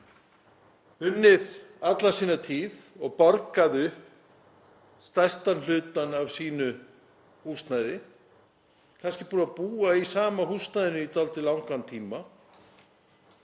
unnið alla sína tíð og borgað upp stærstan hlutann af sínu húsnæði, kannski búið að búa í sama húsnæðinu í dálítið langan tíma,